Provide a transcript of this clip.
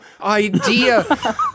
Idea